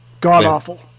God-awful